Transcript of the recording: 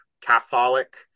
Catholic